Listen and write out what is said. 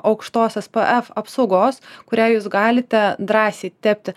aukštos es p ef apsaugos kurią jūs galite drąsiai tepti